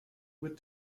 with